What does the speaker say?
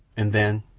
and then,